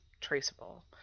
traceable